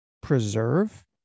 preserve